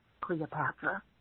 Cleopatra